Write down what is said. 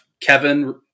kevin